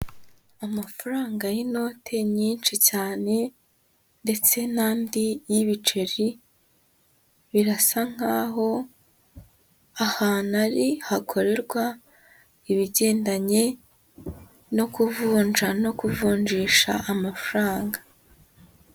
Amafaranga y'inote nyinshi cyane ndetse n'andi y'ibiceri birasa nk'aho ahantu ari hakorerwa ibigendanye no kuvunja no kuvunjisha amafaranga.